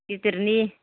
गिदिरनि